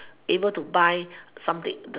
able to buy something the